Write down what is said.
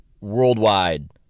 worldwide